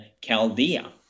Chaldea